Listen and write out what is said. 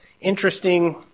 interesting